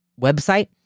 website